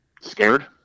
scared